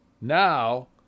now